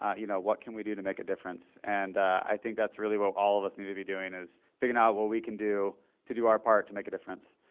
ah you know, what can we do to make a difference and think that's really what all of us need to be doing is figuring out what we can do to do our part to make a difference.